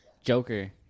Joker